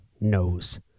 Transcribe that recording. knows